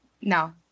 No